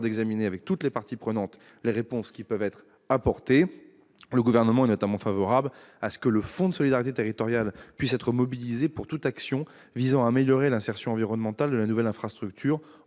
d'examiner avec toutes les parties prenantes les réponses qui peuvent être apportées. Le Gouvernement est notamment favorable à ce que le fonds de solidarité territoriale puisse être mobilisé pour toute action visant à améliorer l'insertion environnementale de la nouvelle infrastructure,